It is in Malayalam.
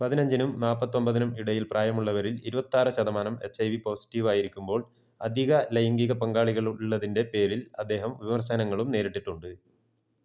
പതിനഞ്ചിനും നാൽപ്പത്തി ഒമ്പതിനും ഇടയിൽ പ്രായമുള്ളവരിൽ ഇരുപത്തി ആറ് ശതമാനം എച്ച് ഐ വി പോസിറ്റീവ് ആയിരിക്കുമ്പോൾ അധിക ലൈംഗിക പങ്കാളികൾ ഉള്ളതിൻ്റെ പേരിൽ അദ്ദേഹം വിമർശനങ്ങളും നേരിട്ടിട്ടുണ്ട്